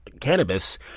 cannabis